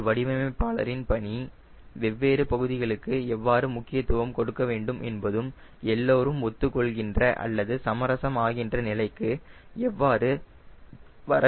ஒரு வடிவமைப்பாளரின் பணி வெவ்வேறு பகுதிகளுக்கு எவ்வாறு முக்கியத்துவம் கொடுக்க வேண்டும் என்பதும் எல்லோரும் ஒத்துக் கொள்கின்ற அல்லது சமரசம் ஆகின்ற நிலைக்கு எவ்வாறு வர வேண்டும் என்பதுமே ஆகும்